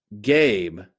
Gabe